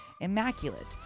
immaculate